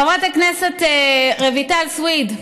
חברת הכנסת רויטל סויד,